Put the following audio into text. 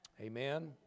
Amen